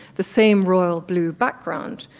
the same royal blue background,